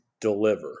deliver